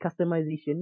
customization